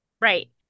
Right